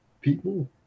people